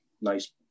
nice